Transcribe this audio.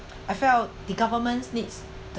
I felt the government needs